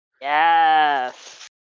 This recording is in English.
Yes